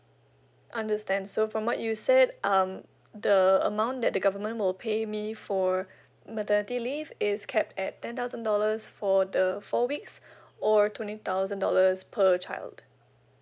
understand so from what you said um the amount that the government will pay me for maternity leave is capped at ten thousand dollars for the four weeks or twenty thousand dollars per child